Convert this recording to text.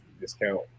discount